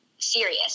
serious